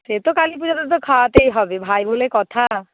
সে তো কালীপুজোতে তো খাওয়াতেই হবে ভাই বলে কথা